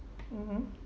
mmhmm